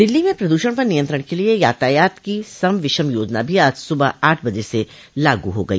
दिल्ली में प्रदूषण पर नियंत्रण के लिये यातायात की सम विषम योजना भी आज सुबह आठ बजे से लागू हो गई